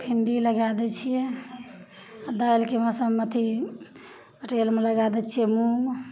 भिण्डी लगै दै छिए आओर दालिके मौसममे अथी टेलमे लगै दै छिए मूँग